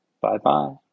Bye-bye